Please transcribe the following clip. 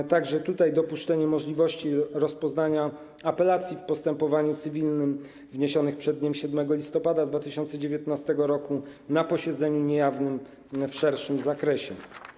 To także dopuszczenie możliwości rozpoznania apelacji w postępowaniu cywilnym wniesionych przed dniem 7 listopada 2019 r. na posiedzeniu niejawnym w szerszym zakresie.